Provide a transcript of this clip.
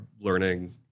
learning